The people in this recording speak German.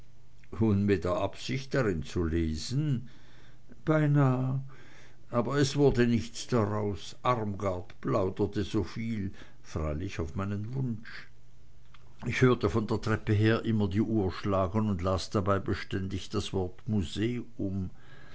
mit der absicht drin zu lesen beinah aber es wurde nichts daraus armgard plauderte soviel freilich auf meinen wunsch ich hörte von der treppe her immer die uhr schlagen und las dabei beständig das wort museum